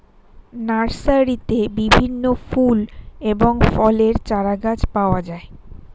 নার্সারিতে বিভিন্ন ফুল এবং ফলের চারাগাছ পাওয়া যায়